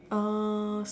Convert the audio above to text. uh